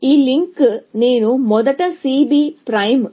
ఇప్పుడు నేను కొంచెం ఆలోచిస్తే నేను ప్రొపగేటింగ్ చేస్తున్న కాన్స్ట్రెయిన్ ఏమిటి